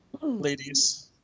ladies